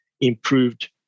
improved